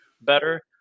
better